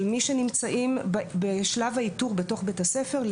של מי שנמצאים בשלב האיתור בתוך בית הספר,